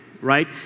right